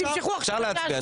שיימשכו עכשיו --- אפשר להצביע.